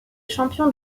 champion